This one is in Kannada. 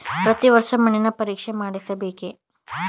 ಪ್ರತಿ ವರ್ಷ ಮಣ್ಣಿನ ಪರೀಕ್ಷೆ ಮಾಡಿಸಬೇಕೇ?